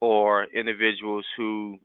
or individuals who